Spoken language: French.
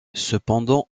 cependant